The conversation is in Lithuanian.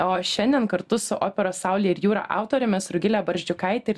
o šiandien kartu su operos saulė ir jūra autorėmis rugile barzdžiukaite ir